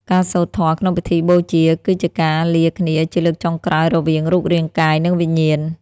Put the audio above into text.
ការសូត្រធម៌ក្នុងពិធីបូជា គឺជាការលាគ្នាជាលើកចុងក្រោយរវាងរូបរាងកាយ និងវិញ្ញាណ។